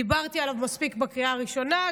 דיברתי עליו מספיק בקריאה הראשונה,